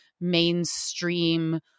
mainstream